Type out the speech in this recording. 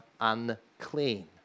unclean